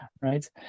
right